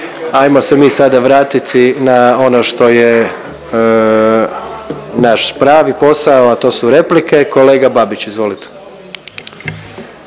Hajmo se mi sada vratiti na ono što je naš pravi posao, a to su replike. Kolega Babić, izvolite.